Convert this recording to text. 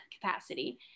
capacity